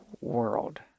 world